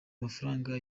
mafaranga